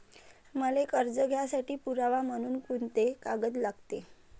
मले कर्ज घ्यासाठी पुरावा म्हनून कुंते कागद लागते?